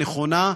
נכונה,